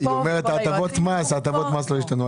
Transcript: היא אומרת שהטבות המס לא השתנו.